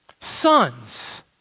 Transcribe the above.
Sons